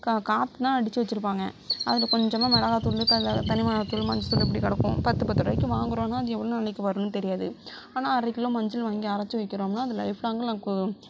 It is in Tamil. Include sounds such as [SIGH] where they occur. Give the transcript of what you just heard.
கா காற்றுதான் அடிச்சி வச்சிருப்பாங்க அதில் கொஞ்சமாக மிளகாய் தூள் [UNINTELLIGIBLE] தனி மிளகாய் தூள் மஞ்சள் தூள் இப்படி கடக்கும் பத்து பத்துருபாய்க்கு வாங்கிறோம்னா அது எவ்வளோ நாளைக்கு வரும்னு தெரியாது ஆனால் அரைக்கிலோ மஞ்சள் வாங்கி அரைச்சி வைக்கிறோம்னால் அது லைப் லாங் நமக்கு